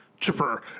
chipper